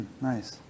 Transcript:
Nice